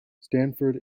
stanford